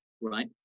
right